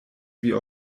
wie